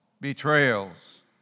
betrayals